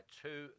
two